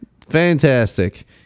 fantastic